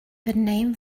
name